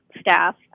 staff